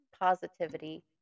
positivity